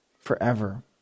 forever